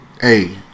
Hey